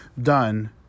done